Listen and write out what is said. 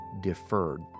deferred